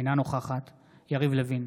אינה נוכחת יריב לוין,